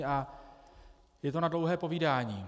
A je to na dlouhé povídání.